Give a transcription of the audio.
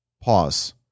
pause